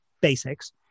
basics